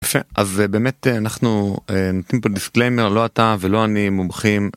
יפה. אז באמת אנחנו נותנים פה דיסקליימר, לא אתה ולא אני מומחים.